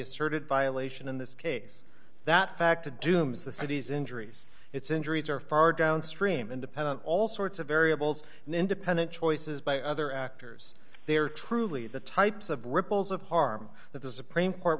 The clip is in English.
asserted violation in this case that fact to doom's the city's injuries its injuries are far downstream independent all sorts of variables and independent choices by other actors they are truly the types of ripples of harm that the supreme court